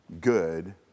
good